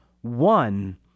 one